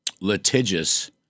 litigious